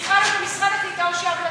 זה צריך להיות במשרד הקליטה או שההמלצה